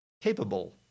capable